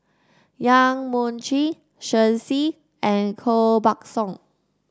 Yong Mun Chee Shen Xi and Koh Buck Song